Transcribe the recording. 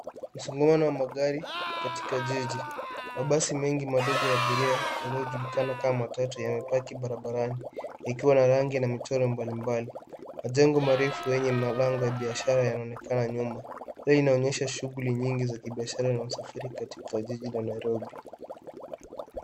Msongamano wa magari katika jiji. Mabasi mengi madogo ya abiria inayojulikana kama matatu yamepaki barabarani ikiwa na rangi na michoro mbalimbali. Majengo marefu yenye mabango ya biashara yanaonekana nyuma. Hii inaonyesha shughuli nyingi za kibiashara na usafiri katika jiji la Nairobi.